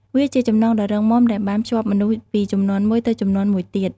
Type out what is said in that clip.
វាជាចំណងដ៏រឹងមាំដែលបានភ្ជាប់មនុស្សពីជំនាន់មួយទៅជំនាន់មួយទៀត។